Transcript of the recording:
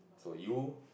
so you